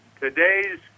today's